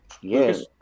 Yes